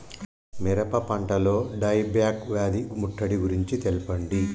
మిరప పంటలో die back వ్యాధి ముట్టడి గురించి తెల్పండి?